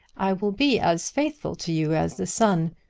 i will be as faithful to you as the sun.